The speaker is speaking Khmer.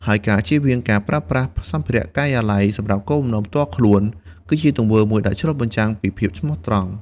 ហើយការជៀសវាងការប្រើប្រាស់សម្ភារៈការិយាល័យសម្រាប់គោលបំណងផ្ទាល់ខ្លួន គឺជាទង្វើមួយដែលឆ្លុះបញ្ចាំងពីភាពស្មោះត្រង់។